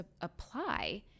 apply